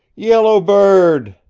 yellow bird!